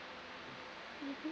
mmhmm